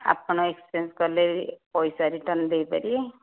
ଆପଣ ଏକ୍ସଚେଞ୍ଜ କଲେ ପଇସା ରିଟର୍ଣ୍ଣ ଦେଇପାରିବେ